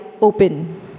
open